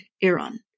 Iran